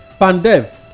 Pandev